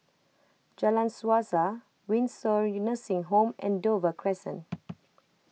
Jalan Suasa Windsor Nursing Home and Dover Crescent